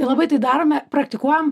labai tai darome praktikuojam